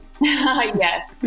Yes